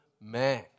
man